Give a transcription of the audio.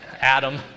Adam